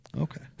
Okay